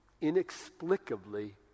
inexplicably